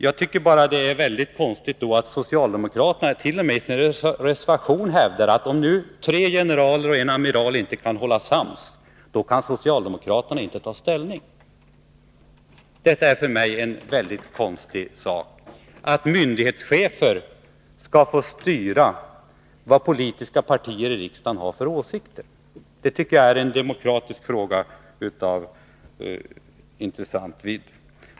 Jag tycker att det är väldigt konstigt att socialdemokraterna t.o.m. i sin reservation hävdar att om nu tre generaler och en amiral inte kan hålla sams, då kan socialdemokraterna inte ta ställning. Att myndighetschefer skall få styra åsikterna hos politiker här i riksdagen tycker jag är en demokratisk fråga av intressant vidd.